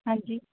ਹਾਂਜੀ